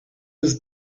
was